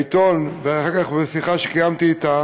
מהעיתון, ואחר כך משיחה שקיימתי אתה,